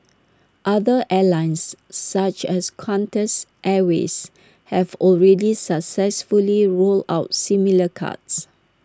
other airlines such as Qantas airways have already successfully rolled out similar cards